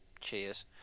Cheers